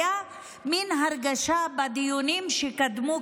הייתה מן הרגשה בדיונים שקדמו,